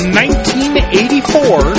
1984